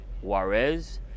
Juarez